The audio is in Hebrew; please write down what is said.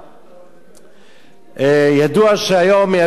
ידוע שהיום מייבאים הכול מסין, מטאיוון,